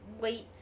wait